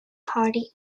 party